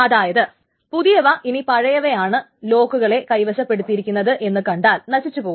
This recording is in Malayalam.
അതായത് പുതിയവ ഇനി പഴയവയാണ് ലോക്കുകളെ കൈവശപ്പെടുത്തിയിരിക്കുന്നത് എന്ന് കണ്ടാൽ നശിച്ചു പോകും